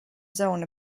zone